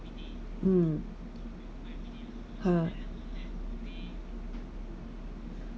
mm her